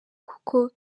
kuko